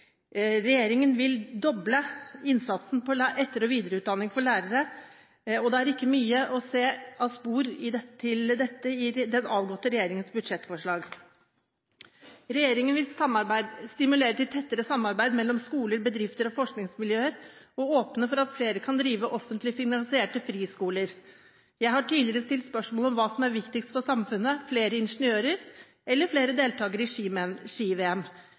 Regjeringen vil doble satsingen på etter- og videreutdanning for lærere. Det er ikke mye å spore av dette i den avgåtte regjeringens budsjettforslag. Regjeringen vil stimulere til tettere samarbeid mellom skoler, bedrifter og forskningsmiljøer og åpne for at flere kan drive offentlig finansierte friskoler. Jeg har tidligere stilt spørsmål om hva som er viktigst for samfunnet – flere ingeniører eller flere deltakere